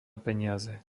peniaze